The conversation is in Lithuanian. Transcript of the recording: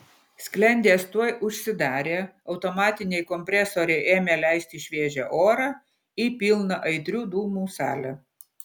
sklendės tuoj užsidarė automatiniai kompresoriai ėmė leisti šviežią orą į pilną aitrių dūmų salę